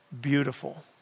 beautiful